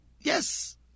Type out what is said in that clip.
Yes